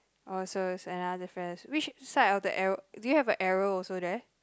orh so is another difference which side of the arrow do you have a arrow also there